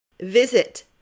Visit